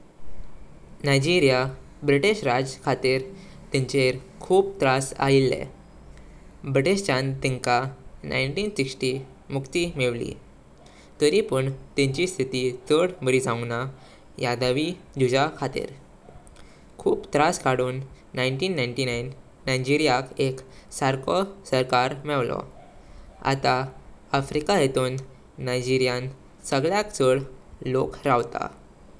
Nigeria British राज खातीर तिंचेऱ खूप त्रास आयलें। ब्रिटिश चां तिंका एकोणिसशें साठ मक्ति मेवली। तरी पण तिंचें स्थिति चड बारी जावुंग ना यादवी जूजा खातीर। खूप त्रास कडून एकोणिसशें नव्यानवे नाइजीरियाक एक सरखो सरकार मेवलो। आत्ता आफ्रिका हीतुं नाइजीरियन सगळ्यां चड लोक रवतां।